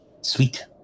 Sweet